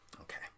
Okay